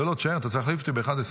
(הארכת מעצר לחשוד בעבירת